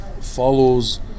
follows